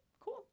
cool